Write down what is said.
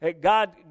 God